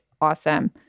awesome